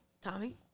Tommy